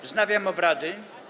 Wznawiam obrady.